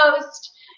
post